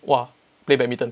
play badminton